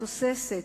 תוססת,